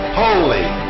holy